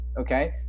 okay